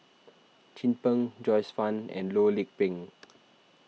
Chin Peng Joyce Fan and Loh Lik Peng